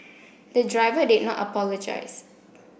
the driver did not apologise